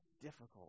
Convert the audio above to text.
difficult